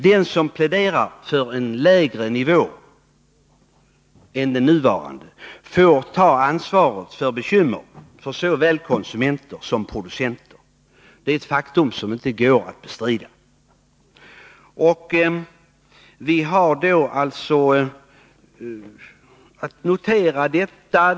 Den som pläderar för en lägre nivå än den nuvarande får ta ansvar för bekymmer för såväl konsumenter som producenter. Det är ett faktum som inte går att bestrida. Vi har då att notera detta.